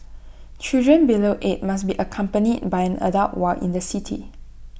children below eight must be accompanied by an adult while in the city